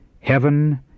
Heaven